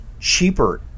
cheaper